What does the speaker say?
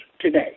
today